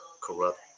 corrupt